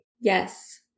Yes